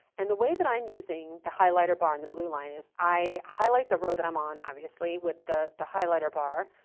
and the way that i'm using the highlighter bar and the blue line is i highlight the row that i'm on, obviously with the the highlighter bar.